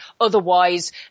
Otherwise